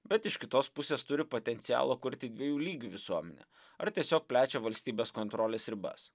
bet iš kitos pusės turi potencialo kurti dviejų lygių visuomenę ar tiesiog plečia valstybės kontrolės ribas